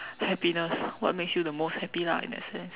happiness what makes you the most happy lah in that sense